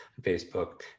Facebook